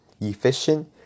Efficient